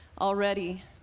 already